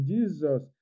Jesus